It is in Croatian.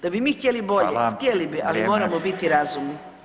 Da bi mi htjeli bolje, htjeli bi ali moramo biti razumni.